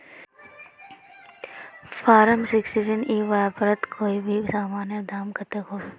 Form sixteen ई व्यापारोत कोई भी सामानेर दाम कतेक होबे?